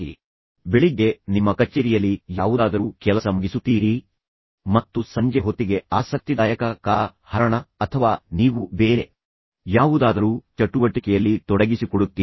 ಆದ್ದರಿಂದ ನೀವು ಬೆಳಿಗ್ಗೆ ನಿಮ್ಮ ಕಚೇರಿಯಲ್ಲಿ ಯಾವುದಾದರೂ ಕೆಲಸ ಮುಗಿಸುತ್ತೀರಿ ಮತ್ತು ಸಂಜೆ ಹೊತ್ತಿಗೆ ಆಸಕ್ತಿದಾಯಕ ಕಾಲ ಹರಣ ಅಥವಾ ನೀವು ಬೇರೆ ಯಾವುದಾದರೂ ಚಟುವಟಿಕೆಯಲ್ಲಿ ತೊಡಗಿಸಿಕೊಳ್ಳುತ್ತೀರಿ